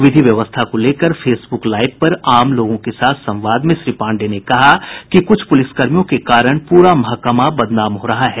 विधि व्यवस्था को लेकर फेसब्रक लाइव पर आम लोगों के साथ संवाद में श्री पाण्डेय ने कहा कि कुछ पुलिसकर्मियों के कारण पूरा महकमा बदनाम हो रहा है